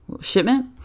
shipment